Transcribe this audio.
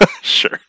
Sure